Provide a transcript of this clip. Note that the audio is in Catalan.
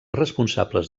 responsables